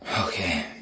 Okay